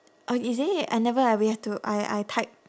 oh is it I never I we have to I I type